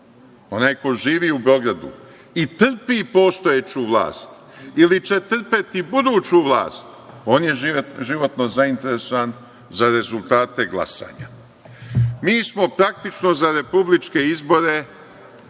Onaj ko živi u Beogradu i trpi postojeću vlast, ili će trpeti buduću vlast, on je životno zainteresovan za rezultate glasanja. Mi smo praktično za republičke izbore